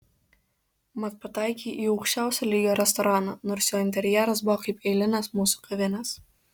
mat pataikei į aukščiausio lygio restoraną nors jo interjeras buvo kaip eilinės mūsų kavinės